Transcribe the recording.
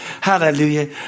hallelujah